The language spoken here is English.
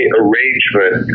arrangement